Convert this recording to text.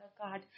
God